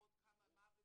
לראות כמה מוות,